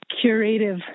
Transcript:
curative